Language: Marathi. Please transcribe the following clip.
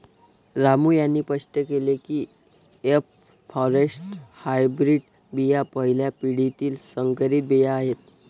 रामू यांनी स्पष्ट केले की एफ फॉरेस्ट हायब्रीड बिया पहिल्या पिढीतील संकरित बिया आहेत